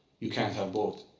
you can't have both.